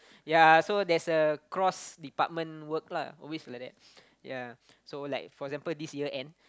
ya so there's a cross department work lah always like that ya so like for example this year end